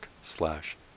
slash